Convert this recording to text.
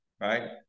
right